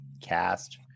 cast